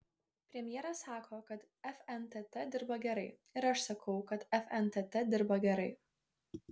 premjeras sako kad fntt dirba gerai ir aš sakau kad fntt dirba gerai